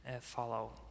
follow